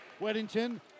Weddington